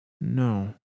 No